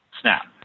snap